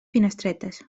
finestretes